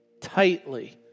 tightly